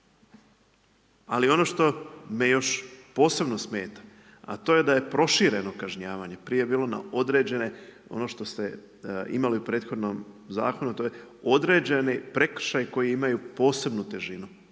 Ali ono što me još posebno smeta a to je da je prošireno kažnjavanje. Prije je bilo na određene, ono što ste imali u prethodnom zakonu to je određeni prekršaj koji imaju posebnu težinu.